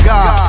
God